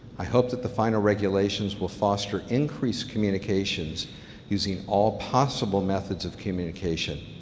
i hope that the final regulations will foster increased communications using all possible methods of communication,